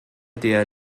der